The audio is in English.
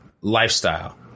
lifestyle